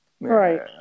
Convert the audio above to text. Right